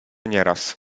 nieraz